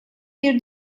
bir